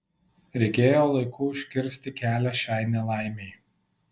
reikėjo laiku užkirsti kelią šiai nelaimei